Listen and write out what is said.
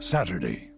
Saturday